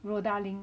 Rodalink